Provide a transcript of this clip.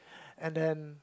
and then